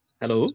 hello